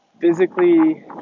physically